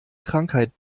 krankheit